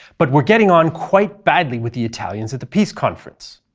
but were getting on quite badly with the italians at the peace conference.